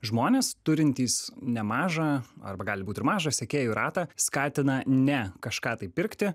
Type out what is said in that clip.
žmonės turintys nemažą arba gali būti ir mažą sekėjų ratą skatina ne kažką tai pirkti